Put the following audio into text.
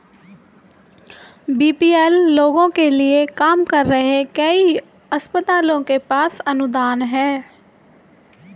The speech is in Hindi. बी.पी.एल लोगों के लिए काम कर रहे कई अस्पतालों के पास अनुदान हैं